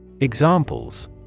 Examples